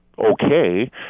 okay